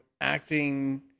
acting –